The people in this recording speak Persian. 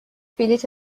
بلیط